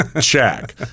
Check